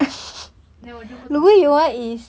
the 我就不懂了